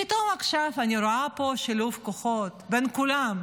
פתאום עכשיו אני רואה פה שילוב כוחות בין כולם,